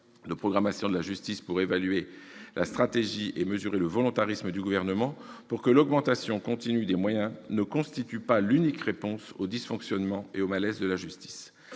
de programmation de la justice pour évaluer la stratégie et mesurer le volontarisme du Gouvernement pour que l'augmentation continue des moyens ne constitue pas l'unique réponse aux dysfonctionnements et au malaise de la justice.